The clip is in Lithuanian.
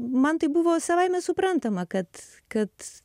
man tai buvo savaime suprantama kad kad